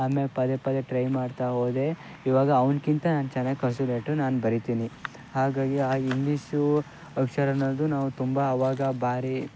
ಆಮೇಲೆ ಪದೇ ಪದೇ ಟ್ರೈ ಮಾಡ್ತಾ ಹೋದೆ ಇವಾಗ ಅವ್ನಿಗಿಂತ ನಾನು ಚೆನ್ನಾಗಿ ಕರ್ಸಿವ್ ಲೆಟ್ರ್ ನಾನು ಬರಿತೀನಿ ಹಾಗಾಗಿ ಆ ಇಂಗ್ಲೀಷು ಅಕ್ಷರ ಅನ್ನೋದು ನಾವು ತುಂಬ ಆವಾಗ ಭಾರಿ